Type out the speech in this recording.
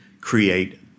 create